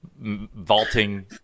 vaulting